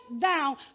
down